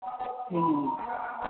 हुँ